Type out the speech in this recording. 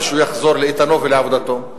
שהוא יחזור לאיתנו ולעבודתו.